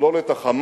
לכלול את ה"חמאס"